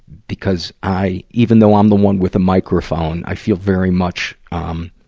because i, even though i'm the one with a microphone, i feel very much, um,